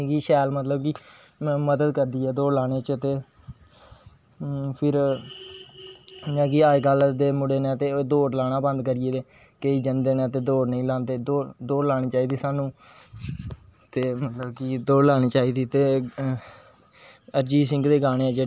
फलें आह्ले बूह्टे बनाना सब्जियां बनाना फिर ओह् शौंक पेआ फिर गुरु बनाया शिश्य बनाना राधा कृष्ण बनाईयां तस्वीरां गुरु और शिश्य दियां तस्वीरां जशोधा होर कृष्ण दियां बाल कृष्ण होर जशोदा माता उंदियां